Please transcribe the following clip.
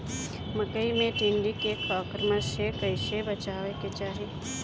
मकई मे टिड्डी के आक्रमण से कइसे बचावे के चाही?